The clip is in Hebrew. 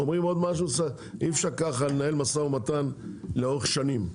אי אפשר לנהל ככה משא-ומתן לאורך שנים.